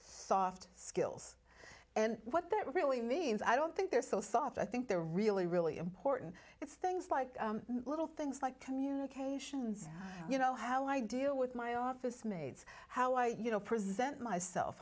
soft skills and what that really means i don't think they're so soft i think they're really really important it's things like little things like communications you know how i deal with my office mates how i you know present myself